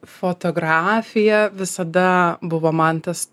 fotografija visada buvo man tas